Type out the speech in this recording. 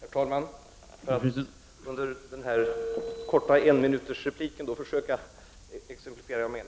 Herr talman! Under den här korta repliktiden skall jag försöka att exemplifiera vad jag